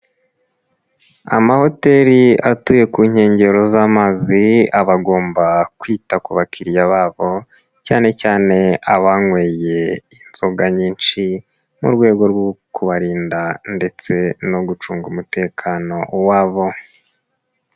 Amahoteli atuye ku nkengero z'amazi abagomba kwita ku bakiriya babo cyane cyane abanyweye inzoga nyinshi mu rwego rwo kubarinda ndetse no gucunga umutekano wabo.